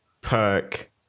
perk